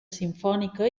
simfònica